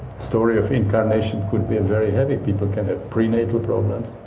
story of incarnation could be very heavy. people can have prenatal problems,